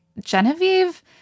Genevieve